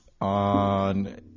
on